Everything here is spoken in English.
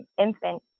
infant